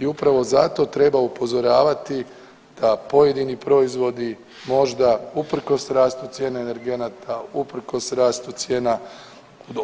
I upravo zato treba upozoravati da pojedini proizvodi možda uprkos rastu cijene energenata, uprkos rastu cijena